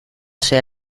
sea